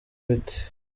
bite